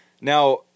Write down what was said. Now